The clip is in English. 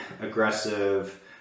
aggressive